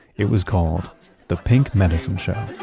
it was called the pink medicine show